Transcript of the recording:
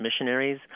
missionaries